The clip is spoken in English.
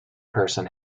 person